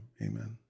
amen